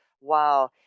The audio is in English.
Wow